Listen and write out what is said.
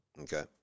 okay